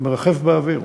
מרחף באוויר.